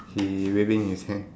he waving his hand